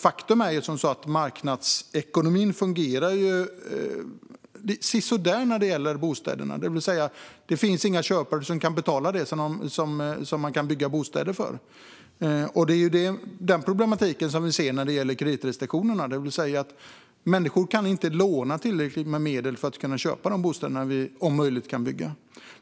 Faktum är att marknadsekonomin fungerar sådär vad gäller bostäder. Det finns helt enkelt inga köpare som kan betala vad det kostar att bygga bostäder. Där kommer problemet med kreditrestriktionerna in. Människor får inte låna tillräckligt för att kunna köpa de bostäder som kan byggas.